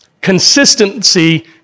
Consistency